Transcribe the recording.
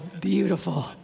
beautiful